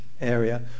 area